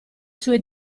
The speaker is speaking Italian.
sue